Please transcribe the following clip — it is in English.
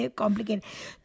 complicated